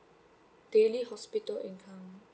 daily hospital income